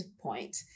point